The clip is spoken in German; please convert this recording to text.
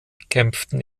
kämpften